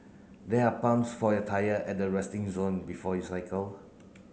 there are pumps for your tyre at the resting zone before you cycle